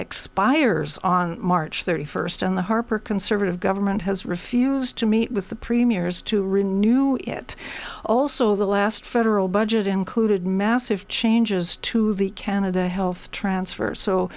expires on march thirty first and the harper conservative government has refused to meet with the premier's to renew it also the last federal budget included massive changes to the canada health transfer so